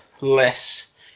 less